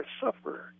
suffer